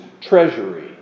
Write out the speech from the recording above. treasury